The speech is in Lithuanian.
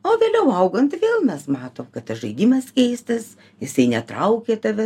o vėliau augant vėl mes matom kad tas žaidimas keistas jisai netraukia tave